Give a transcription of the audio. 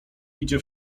idzie